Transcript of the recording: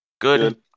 good